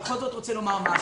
אבל בכל זאת לומר משהו.